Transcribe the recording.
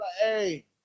Hey